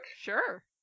Sure